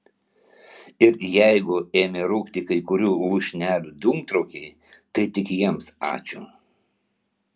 ir jeigu ėmė rūkti kai kurių lūšnelių dūmtraukiai tai tik jiems ačiū